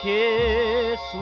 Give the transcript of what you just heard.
kiss